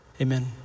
amen